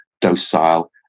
Docile